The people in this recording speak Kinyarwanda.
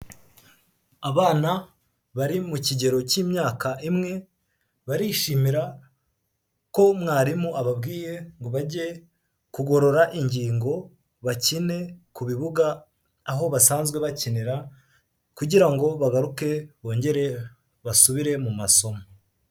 Abana bari mu kigero k'imyaka imwe barishimira ko mwarimu ababwiye ngo bajye kugorora ingingo, bakine ku bibuga aho basanzwe bakinira kugira ngo bagaruke bongere basubire mu masomo.